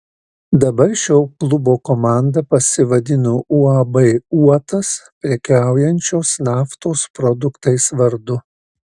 dabar šio klubo komanda pasivadino uab uotas prekiaujančios naftos produktais vardu